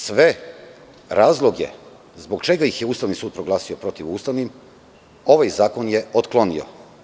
Sve razloge zbog čega ih je Ustavni sud proglasio protivustavnim, ovaj zakon je otklonio.